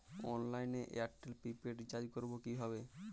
অনলাইনে এয়ারটেলে prepaid recharge করবো কিভাবে?